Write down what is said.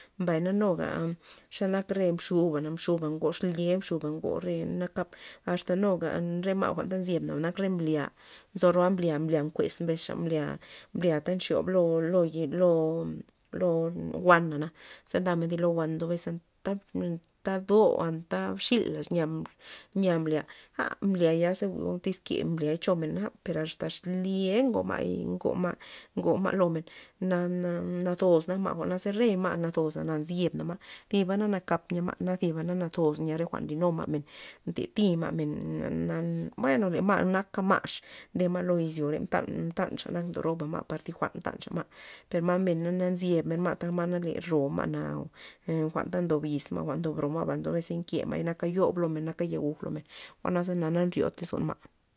Mbayna nuga xe nak re mxuba na, mxuba ngo exlye mxuba ngo re nakap asta nuga re ma' jwa'n ta nzyebna nak re mblya, nzo rol mblya- mblya nkuez mbesxa mblya- mblya ta nxyob lo- lo ye lo- lo wana ze ndamen thi lo wan nzo bes anta do anta mxila nya yia mblya ja' mblya yaza jwi'o tyz ke mblya chomen ja' per asta xlye ngo ma' ngo ma' lo men na- na nazos nak jwa'na ze re ma' nazosa na nzyebna ma', thiba na nak nya ma' na thiba na nazos nya re jwa'n nlinu ma' men, ntatima' men na- na bueno le ma' naka ma' nde ma' lo izyore mtan- mtan xa nak xa mdo roba ma' par thi jwa'n mtanxa ma' per ma men nzyebmen ma' ma le ro ma' neo jwa'nta ndo yiz ma' ndob ro ma' nzo bes nke ma'y naka yun lomen naka yaguj lomen jwa'naza na nryot lozon ma'.